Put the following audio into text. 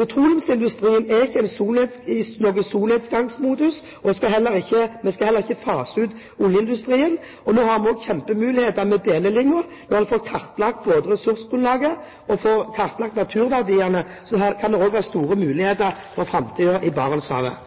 petroleumsindustrien er ikke i noen solnedgangsmodus, og vi skal heller ikke fase ut oljeindustrien. Nå har vi også kjempemuligheter med delelinjen. Når vi får kartlagt både ressursgrunnlaget og får kartlagt naturverdiene, kan det også være store muligheter for framtiden i Barentshavet.